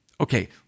Okay